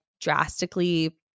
drastically